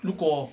如果